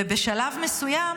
בשלב מסוים